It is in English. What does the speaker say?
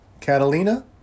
Catalina